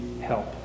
help